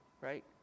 right